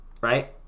right